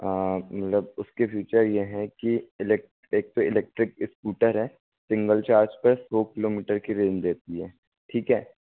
हाँ मतलब उसके फ्यूचर यह है कि एक तो इलेक्ट्रिक स्कूटर है सिंगल चार्ज पर सौ किलोमीटर की रेंज देती है ठीक है